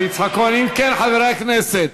מדברים אתם.